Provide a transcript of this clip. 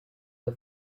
the